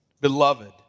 Beloved